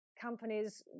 companies